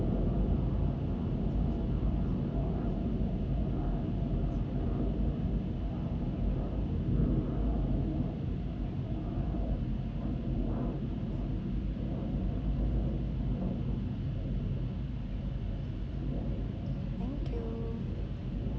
thank you